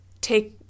take